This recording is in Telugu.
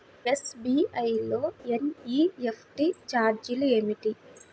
ఎస్.బీ.ఐ లో ఎన్.ఈ.ఎఫ్.టీ ఛార్జీలు ఏమిటి?